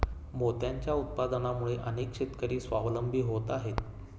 मोत्यांच्या उत्पादनामुळे अनेक शेतकरी स्वावलंबी होत आहेत